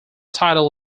title